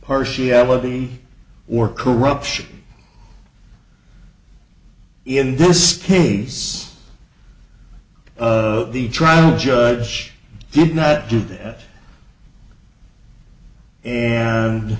partiality or corruption in this case of the trial judge did not do that and